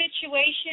situation